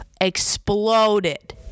exploded